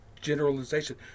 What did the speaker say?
generalization